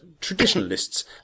traditionalists